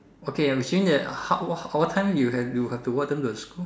okay I will change it how how what time you have you have to walk them to the school